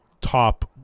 top